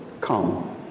Come